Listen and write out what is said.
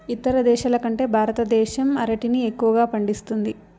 ఇతర దేశాల కంటే భారతదేశం అరటిని ఎక్కువగా పండిస్తుంది